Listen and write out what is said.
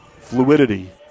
fluidity